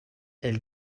elle